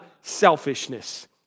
selfishness